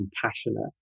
compassionate